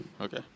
okay